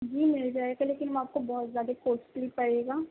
جی مل جائے گا لیکن وہ آپ کو بہت زیادہ کوسٹلی پڑے گا